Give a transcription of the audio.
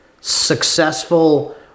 successful